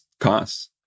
costs